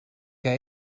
que